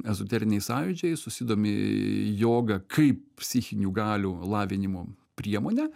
ezoteriniai sąjūdžiai susidomi joga kaip psichinių galių lavinimo priemone